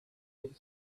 bit